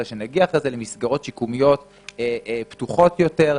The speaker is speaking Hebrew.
אלא שנגיע אחרי זה למסגרות שיקומיות פתוחות יותר,